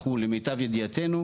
למיטב ידיעתנו,